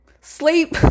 Sleep